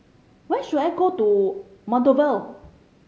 where should I go to Moldova